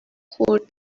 خورد